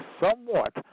somewhat